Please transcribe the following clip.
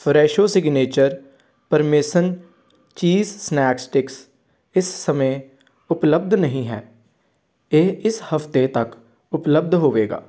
Fresho signature parmesan cheese snack sticks ਇਸ ਸਮੇਂ ਉਪਲੱਬਧ ਨਹੀਂ ਹੈ ਇਹ ਇਸ ਹਫ਼ਤੇ ਤੱਕ ਉਪਲੱਬਧ ਹੋਵੇਗਾ